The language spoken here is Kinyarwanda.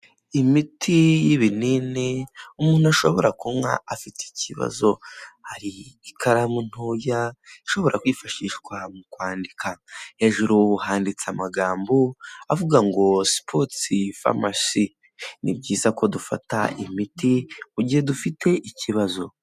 Imiti y'ibinini umuntu ashobora kunywa afite ikibazo, hari ikaramu ntoya ishobora kwifashishwa mu kwandika hejuru ubu handitse amagambo avuga ngo sipoti faromasi, ni byiza ko dufata imiti mu gihe dufite ikibazo.